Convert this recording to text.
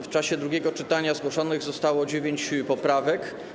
W czasie drugiego czytania zgłoszonych zostało dziewięć poprawek.